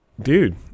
dude